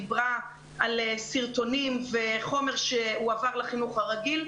דיברה על סרטונים ועל חומר שהועבר לחינוך הרגיל,